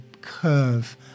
curve